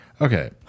Okay